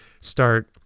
start